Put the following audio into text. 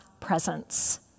presence